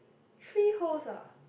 three holes ah